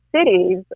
cities